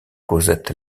cosette